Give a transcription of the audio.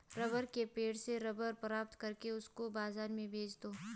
rubber के पेड़ से रबर प्राप्त करके उसको बाजार में बेच दो